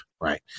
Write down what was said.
Right